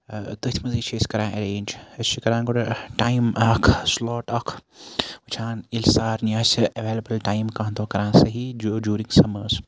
تٔتھۍ منٛزٕے چھِ أسۍ کران ایرینج أسۍ چھِ کران گۄڈٕ ٹایم اکھ سٔلاٹ اکھ وٕچھان ییٚلہِ سارنٕے آسہِ ایویلیبٕل ٹایم کانہہ دۄہ کران صحیح جوٗرِنگ سَمٲرٕس